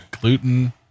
Gluten